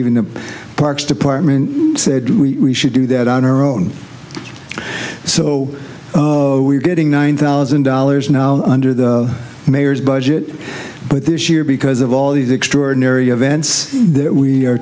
even the parks department said we should do that on our own so we're getting nine thousand dollars now under the mayor's budget but this year because of all these extraordinary events that we